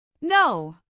No